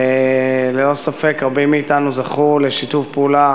וללא ספק רבים מאתנו זכו לשיתוף פעולה